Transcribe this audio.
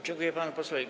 Dziękuję panu posłowi.